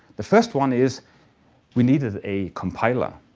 the first one is we needed a compiler.